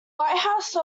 lighthouse